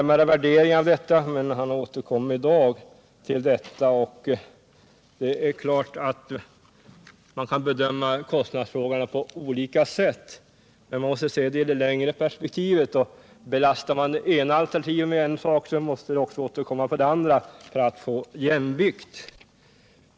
Man kan givetvis göra sådana jämförelser på olika sätt, men man måste se frågorna i det längre perspektivet. Om 133 man belastar det ena alternativet med en sak, så måste den återkomma på det andra för att det skall bli jämvikt.